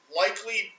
likely